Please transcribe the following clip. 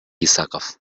исаков